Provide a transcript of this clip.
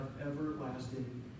everlasting